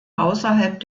außerhalb